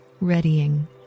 readying